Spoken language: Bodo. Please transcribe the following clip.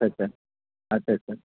आत्सा आत्सा आत्सा